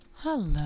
hello